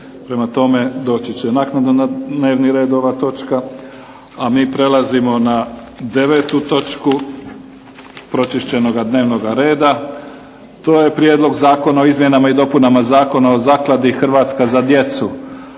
Prema tome doći će naknadno na dnevni red ova točka, a mi prelazimo na 9. točku pročišćenoga dnevnoga reda. To je –- Prijedlog Zakona o izmjenama i dopunama Zakona o zakladi "Hrvatska za djecu",